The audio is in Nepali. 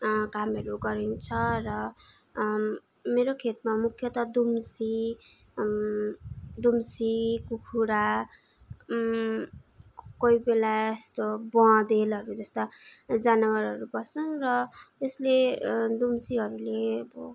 कामहरू गरिन्छ र मेरो खेतमा मुख्यतः दुम्सी दुम्सी कुखुरा कोही बेला यस्तो बनेलहरू जस्ता जनावरहरू पस्दछन् र यसले दुम्सीहरूले अब